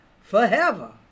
forever